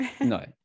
No